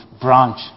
branch